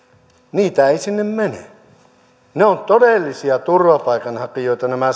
niitä ei sinne mene ne on todellisia turvapaikanhakijoita nämä